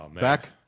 Back